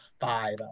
five